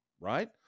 right